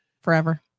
Forever